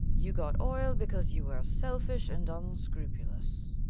you got oil because you were selfish and unscrupulous.